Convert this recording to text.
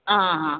ಆಂ ಆಂ ಹಾಂ